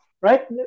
right